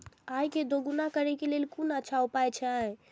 आय के दोगुणा करे के लेल कोन अच्छा उपाय अछि?